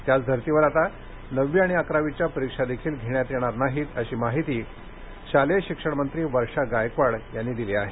त्याच धर्तीवर आता नववी आणि अकरावीच्या परीक्षा देखील घेण्यात येणार नाहीत अशी माहिती शालेय शिक्षण मंत्री वर्षा गायकवाड यांनी दिली आहे